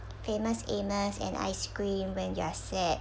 Famous Amos and ice cream when you are sad